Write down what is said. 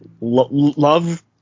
love